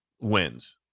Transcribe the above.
Wins